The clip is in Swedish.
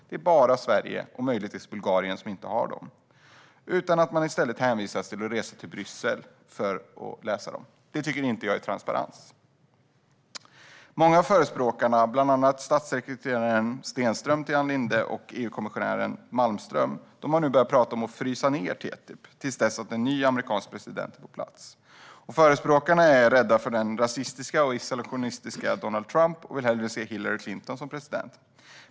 Det är bara Sverige och möjligtvis Bulgarien som inte har dem. I stället hänvisas man till att resa till Bryssel för att läsa dem. Det tycker inte jag är transparens. Många av förespråkarna - bland annat statssekreterare Stenström till Ann Linde och EU-kommissionären Malmström - har nu börjat tala om att frysa ned TTIP till dess att en ny amerikansk president är på plats. Förespråkarna är rädda för den rasistiska och isolationistiska Donald Trump och vill hellre se Hillary Clinton som president.